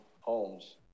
homes